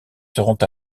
seront